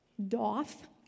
doth